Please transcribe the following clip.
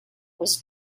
was